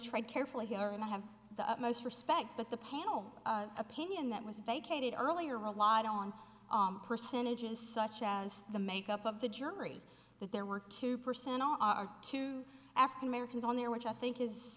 tread carefully here and i have the utmost respect but the panel opinion that was vacated earlier relied on percentages such as the makeup of the jury that there were two percent on our two african americans on there which i think is